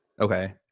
Okay